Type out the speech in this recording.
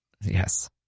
Yes